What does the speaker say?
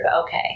Okay